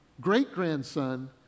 great-grandson